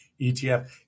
ETF